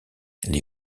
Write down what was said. les